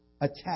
attack